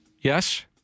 Yes